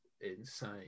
insane